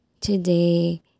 today